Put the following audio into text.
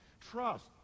trust